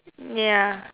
ya